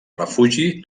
refugi